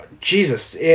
Jesus